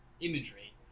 imagery